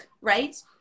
right